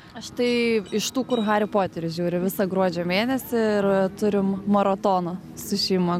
aš tai iš tų kur harį poterį žiūri visą gruodžio mėnesį ir turim maratoną su šeima